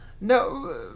no